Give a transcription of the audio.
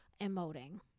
emoting